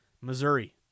Missouri